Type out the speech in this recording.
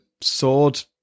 sword